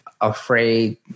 afraid